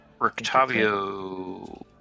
Rictavio